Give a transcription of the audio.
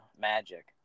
Magic